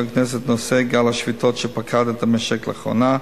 הכנסת את נושא גל השביתות שפקד את המשק לאחרונה.